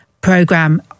program